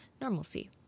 normalcy